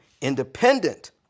independent